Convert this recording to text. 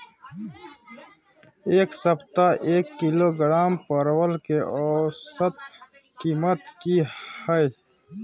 ऐ सप्ताह एक किलोग्राम परवल के औसत कीमत कि हय?